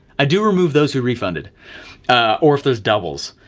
i do remove those who refunded or if there's doubles,